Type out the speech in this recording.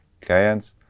clients